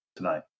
Tonight